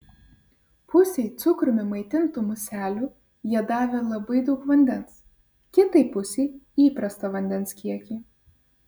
pusei cukrumi maitintų muselių jie davė labai daug vandens kitai pusei įprastą vandens kiekį